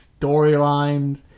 storylines